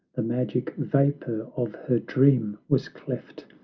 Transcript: the magic vapor of her dream was cleft,